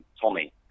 Tommy